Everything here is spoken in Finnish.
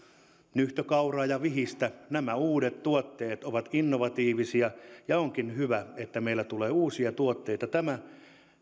nyhtökauraa ja vihistä nämä uudet tuotteet ovat innovatiivisia ja onkin hyvä että meillä tulee uusia tuotteita tämä